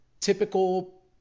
typical